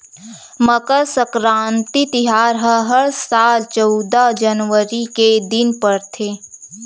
मकर सकराति तिहार ह हर साल चउदा जनवरी के दिन परथे